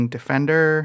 Defender